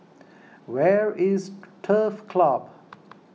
where is Turf Club